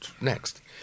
next